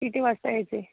किती वाजता यायचं आहे